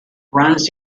runs